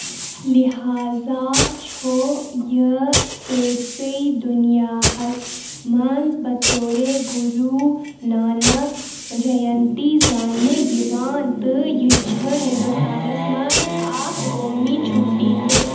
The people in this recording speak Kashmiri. لہاذا چھُ یہِ سٲرِسٕے دُنیاہس منٛز بطوے رگُروٗ نانک جَینتی زاننہٕ یوان تہٕ یہِ چھِ ہِنٛدوستانس منٛز اَکھ قومی چُھٹی تہِ